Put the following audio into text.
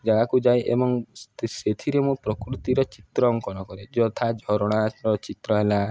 ଜାଗାକୁ ଯାଏ ଏବଂ ସେଥିରେ ମୁଁ ପ୍ରକୃତିର ଚିତ୍ର ଅଙ୍କନ କରେ ଯଥା ଝରଣାର ଚିତ୍ର ହେଲା